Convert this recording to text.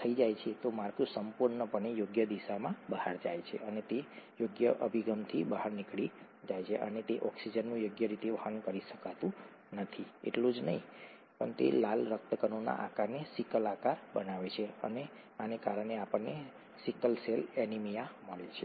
થઈ જાય છે તો માળખું સંપૂર્ણપણે યોગ્ય દિશાની બહાર જાય છે અને તે યોગ્ય અભિગમથી બહાર નીકળી જાય છે અને તે ઓક્સિજનનું યોગ્ય રીતે વહન કરી શકતું નથી એટલું જ નહીં તે લાલ રક્તકણોના આકારને સિકલ આકાર બનાવે છે અને આને કારણે આપણને sickle cell sickle cell anaemia મળે છે